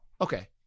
Okay